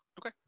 Okay